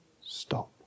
stop